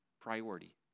priority